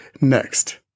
Next